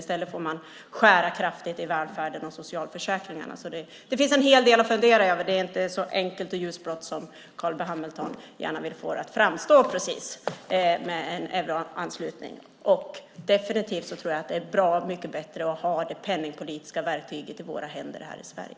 I stället får man skära kraftigt i välfärden och socialförsäkringarna. Det finns alltså en hel del att fundera över. Det är inte så enkelt och ljusblått som Carl B Hamilton gärna vill få det att framstå som med en euroanslutning. Definitivt tror jag att det är bra mycket bättre att ha det penningpolitiska verktyget i våra händer här i Sverige.